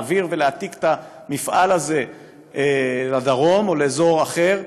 להעביר ולהעתיק את המפעל הזה לדרום או לאזור אחר,